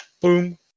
Boom